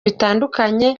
bitandukanye